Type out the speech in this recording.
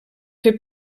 fer